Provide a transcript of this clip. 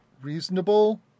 reasonable